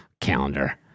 calendar